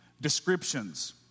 descriptions